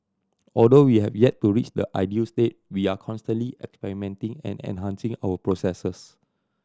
although we have yet to reach the ideal state we are constantly experimenting and enhancing our processes